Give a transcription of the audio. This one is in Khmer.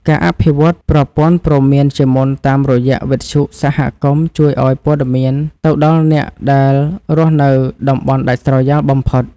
ការអភិវឌ្ឍប្រព័ន្ធព្រមានជាមុនតាមរយៈវិទ្យុសហគមន៍ជួយឱ្យព័ត៌មានទៅដល់អ្នកដែលរស់នៅតំបន់ដាច់ស្រយាលបំផុត។